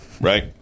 Right